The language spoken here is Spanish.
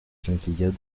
sencillez